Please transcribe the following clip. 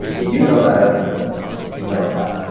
they do know that everything is going on. they do know that.